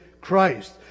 Christ